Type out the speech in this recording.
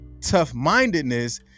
Tough-mindedness